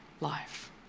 life